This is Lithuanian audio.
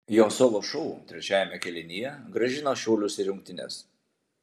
jo solo šou trečiajame kėlinyje grąžino šiaulius į rungtynes